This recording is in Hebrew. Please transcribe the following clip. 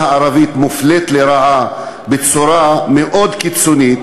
הערבית מופלית לרעה בצורה מאוד קיצונית,